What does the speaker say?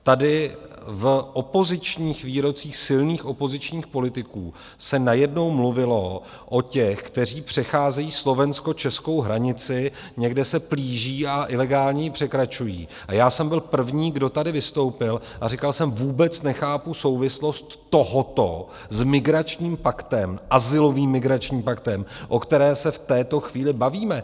Tady v opozičních výrocích silných opozičních politiků se najednou mluvilo o těch, kteří přecházejí slovenskočeskou hranici, někde se plíží a ilegálně ji překračují, a já jsem byl první, kdo tady vystoupil, a říkal jsem: Vůbec nechápu souvislost tohoto s migračním paktem, azylovým migračním paktem, o které se v této chvíli bavíme.